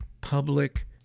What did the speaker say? public